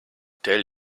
tell